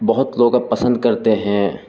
بہت لوگ پسند کرتے ہیں